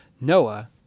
Noah